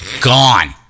Gone